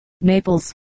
Naples